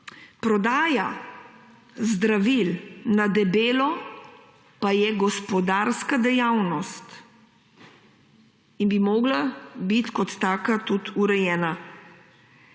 prodaja zdravil na debelo pa je gospodarska dejavnost in bi morala biti kot taka tudi urejena.